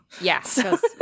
Yes